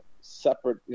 separate